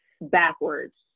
backwards